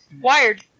Wired